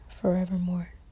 forevermore